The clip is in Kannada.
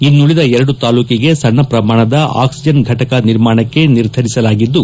ಇನ್ನುಳಿದ ಎರಡು ತಾಲೂಕಿಗೆ ಸಣ್ಣ ಪ್ರಮಾಣದ ಅಕ್ಷಿಜನ್ ಫಟಕ ನಿರ್ಮಾಣಕ್ಕೆ ನಿರ್ಧರಿಸಲಾಗಿದ್ದು